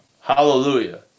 hallelujah